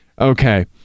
okay